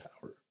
power